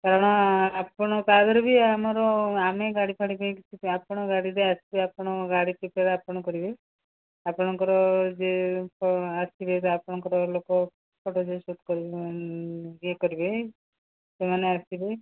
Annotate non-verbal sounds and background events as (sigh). କାରଣ ଆପଣ ବାହାଘର ବି ଆମର ଆମେ ଗାଡ଼ି ଫାଡ଼ି ଆପଣ ଗାଡ଼ିରେ ଆସିବେ ଆପଣଙ୍କ ଗାଡ଼ି (unintelligible) ଆପଣ କରିବେ ଆପଣଙ୍କର ଯିଏତ ଆସିବେ ଆପଣଙ୍କର ଲୋକ ଫଟୋ ଯିଏ ସୁଟ୍ ଇଏ କରିବେ ସେମାନେ ଆସିବେ